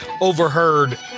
overheard